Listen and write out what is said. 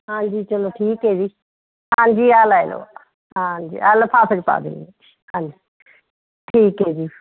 ਹਾਂਜੀ ਚਲੋ ਠੀਕ ਹੈ ਜੀ ਹਾਂਜੀ ਆ ਲੈ ਲਓ ਹਾਂਜੀ ਆਹ ਲਿਫਾਫੇ 'ਚ ਪਾ ਦਿੰਦੀ ਹਾਂ ਆਹ ਲਓ ਠੀਕ ਹੈ ਜੀ